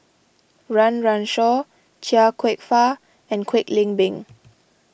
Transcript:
Run Run Shaw Chia Kwek Fah and Kwek Leng Beng